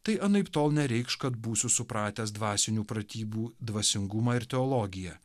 tai anaiptol nereikš kad būsiu supratęs dvasinių pratybų dvasingumą ir teologiją